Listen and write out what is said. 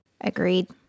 Agreed